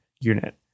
unit